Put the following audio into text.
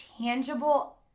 tangible